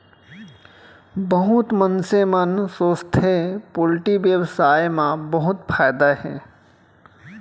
बहुत मनसे मन सोचथें पोल्टी बेवसाय म बहुत फायदा हे